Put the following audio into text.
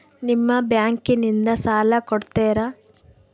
ನಿಮ್ಮ ಬ್ಯಾಂಕಿನಿಂದ ಸಾಲ ಕೊಡ್ತೇರಾ?